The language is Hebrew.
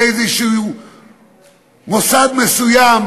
למוסד מסוים